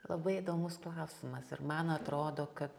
labai įdomus klausimas ir man atrodo kad